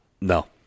No